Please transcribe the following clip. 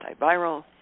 antiviral